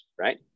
right